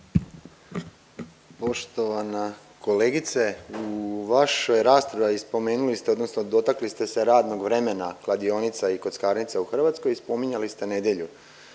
Poštovana kolegice u vašoj raspravi spomenuli ste odnosno dotakli ste se radnog vremena kladionica i kockarnica u Hrvatskoj i spominjali ste nedjelju.